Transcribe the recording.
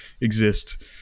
exist